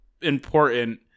important